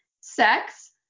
sex